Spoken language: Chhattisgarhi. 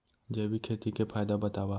जैविक खेती के फायदा बतावा?